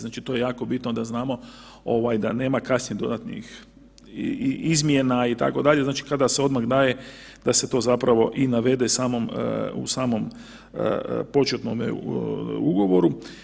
Znači to je jako bitno da znamo da nema kasnije dodatnih izmjena, itd., znači kada se odmah daje, da se to zapravo i navede u samom početnome ugovoru.